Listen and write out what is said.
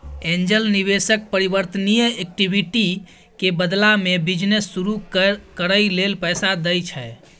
angel निवेशक परिवर्तनीय equity के बदला में बिजनेस शुरू करइ लेल पैसा दइ छै